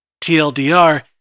TLDR